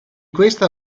questa